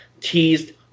teased